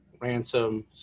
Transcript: ransom